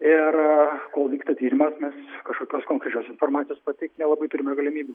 ir kol vyksta tyrimas mes kažkokios konkrečios informacijos pateikt nelabai turime galimybių